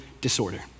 disorder